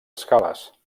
escales